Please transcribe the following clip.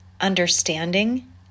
understanding